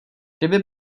kdyby